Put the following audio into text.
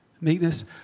meekness